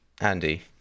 Andy